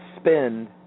spend